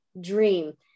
dream